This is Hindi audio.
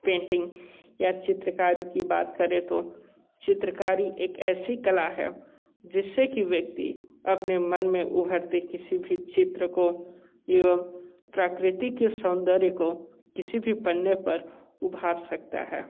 पेंटिंग या चित्रकारी की बात करें तो चित्रकारी एक ऐसी कला है जिस से कि व्यक्ति अपने मन में उभरते किसी भी चित्र को एवं प्राकृतिक सौंदर्य को किसी भी पन्ने पर उभार सकता है